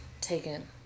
taken